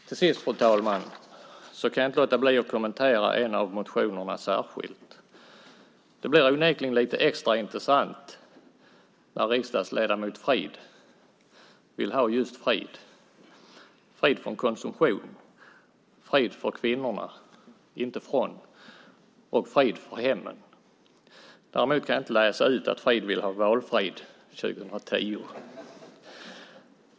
Till sist, fru talman, kan jag inte låta bli att kommentera en av motionerna särskilt. Det blir onekligen lite extra intressant när riksdagsledamot Frid vill ha just frid - frid från konsumtion, frid för kvinnorna, inte från, och frid för hemmen. Däremot kan jag inte läsa ut att Frid vill ha valfrid 2010.